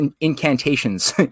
incantations